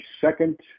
second